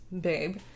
Babe